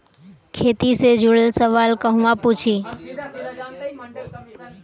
खेती से जुड़ल सवाल कहवा पूछी?